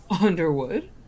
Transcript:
Underwood